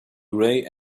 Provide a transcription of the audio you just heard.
grey